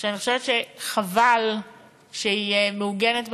ואני חושבת שחבל שהיא מעוגנת בחקיקה,